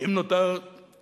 אם נותר קצת,